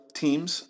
teams